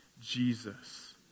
jesus